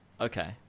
okay